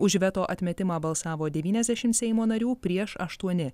už veto atmetimą balsavo devyniasdešim seimo narių prieš aštuoni